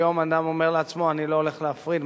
היום אדם אומר לעצמו: אני לא הולך להפריד,